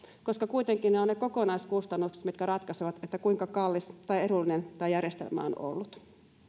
koska kokonaiskustannukset kuitenkin ratkaisevat kuinka kallis tai edullinen järjestelmä on ollut